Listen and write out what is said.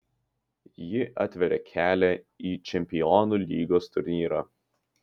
ji atveria kelią į čempionų lygos turnyrą